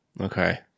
okay